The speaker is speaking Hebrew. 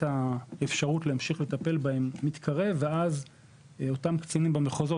האפשרות להמשיך לטפל בהם מתקרב ואז אותם קצינים במחוזות,